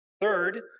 Third